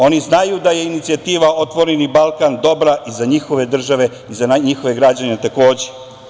Oni znaju da je inicijativa "Otvoreni Balkan" dobra i za njihove države i za njihove građane takođe.